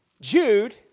Jude